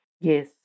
Yes